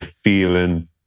feeling